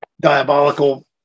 diabolical